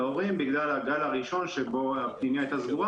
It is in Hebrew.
להורים בגלל הגל הראשון שבו הפנימייה הייתה סגורה